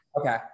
Okay